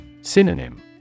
Synonym